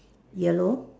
yellow